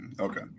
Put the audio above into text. Okay